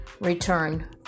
return